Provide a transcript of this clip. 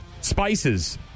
Spices